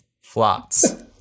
Flots